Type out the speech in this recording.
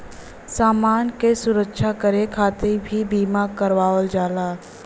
समान क सुरक्षा करे खातिर भी बीमा करावल जाला